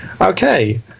Okay